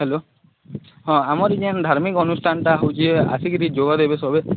hello ହଁ ଆମର୍ ଇ ଯେନ୍ ଧାର୍ମିକ୍ ଅନୁଷ୍ଠାନ୍ଟା ହୋଉଚେ ଆସିକିରି ଯୋଗଦେବେ ସବେ